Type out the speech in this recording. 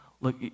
look